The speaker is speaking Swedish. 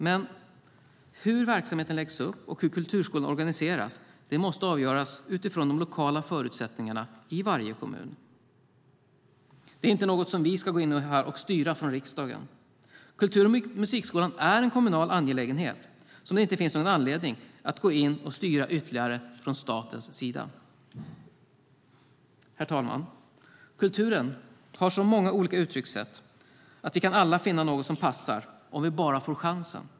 Men hur verksamheten läggs upp och hur kulturskolan organiseras måste avgöras utifrån de lokala förutsättningarna i varje kommun. Det är inte något som vi ska gå in och styra från riksdagen. Kultur och musikskolan är en kommunal angelägenhet som det inte finns någon anledning att gå in och styra ytterligare från statens sida. Herr talman! Kulturen har så många olika uttryckssätt att vi alla kan finna något som passar om vi bara får chansen.